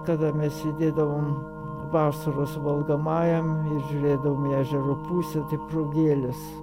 kada mes sėdėdavom vasaros valgomajam ir žiūrėdavom į ežero pusę tai pro gėlės